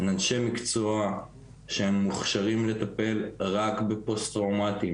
אין אנשי מקצוע שמוכשרים לטפל רק בפוסט-טראומטיים.